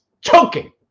choking